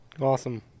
Awesome